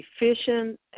efficient